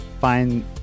find